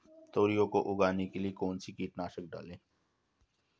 तोरियां को उगाने के लिये कौन सी कीटनाशक डालें?